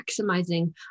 maximizing